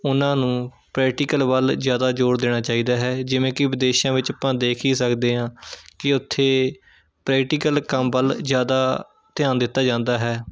ਉਨ੍ਹਾਂ ਨੂੰ ਪ੍ਰੈਕਟੀਕਲ ਵੱਲ ਜ਼ਿਆਦਾ ਜ਼ੋਰ ਦੇਣਾ ਚਾਹੀਦਾ ਹੈ ਜਿਵੇਂ ਕਿ ਵਿਦੇਸ਼ਾਂ ਵਿੱਚ ਆਪਾਂ ਦੇਖ ਹੀ ਸਕਦੇ ਹਾਂ ਕਿ ਉੱਥੇ ਪ੍ਰੈਕਟੀਕਲ ਕੰਮ ਵੱਲ ਜ਼ਿਆਦਾ ਧਿਆਨ ਦਿੱਤਾ ਜਾਂਦਾ ਹੈ